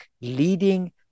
Leading